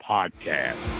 Podcast